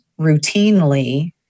routinely